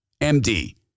MD